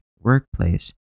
workplace